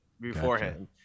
beforehand